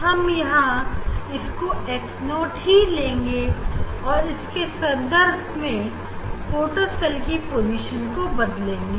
हम यहां से इसको x0 ले लेंगे और इसके संदर्भ में फोटो सेल की पोजीशन को बदलेंगे